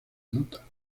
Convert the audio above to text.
anota